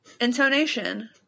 Intonation